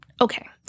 Okay